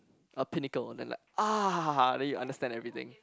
a pinnacle on the lag ah then you understand everything